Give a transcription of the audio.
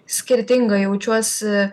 skirtinga jaučiuosi